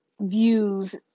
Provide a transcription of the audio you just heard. views